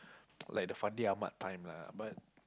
like the Fandi-Ahmad time lah but